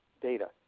data